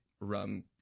rum